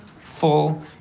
full